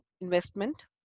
investment